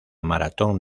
maratón